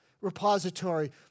repository